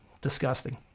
Disgusting